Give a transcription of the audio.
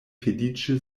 feliĉe